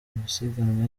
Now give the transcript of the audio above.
amasiganwa